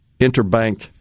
interbank